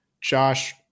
Josh